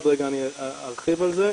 עוד רגע ארחיב על זה,